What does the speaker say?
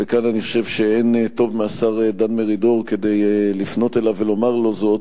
כאן אני חושב שאין טוב מהשר דן מרידור כדי לפנות אליו ולומר לו זאת,